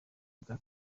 bwa